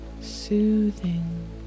soothing